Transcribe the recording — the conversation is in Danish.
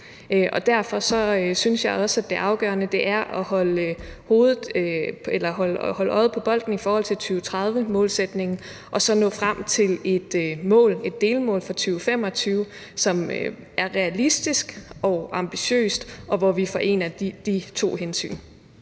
Derfor synes jeg også, at det afgørende er at holde øjet på bolden i forhold til 2030-målsætningen og så nå frem til et delmål for 2025, som er realistisk og ambitiøst, og hvor vi forener de to hensyn.